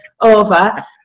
over